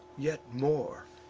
yet more,